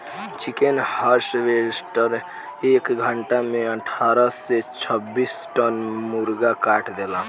chicken harvester एक घंटा में अठारह से छब्बीस टन मुर्गा काट देला